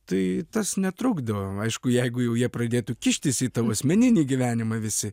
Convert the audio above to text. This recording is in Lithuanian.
tai tas netrukdo aišku jeigu jau jie pradėtų kištis į tavo asmeninį gyvenimą visi